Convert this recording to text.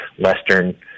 Western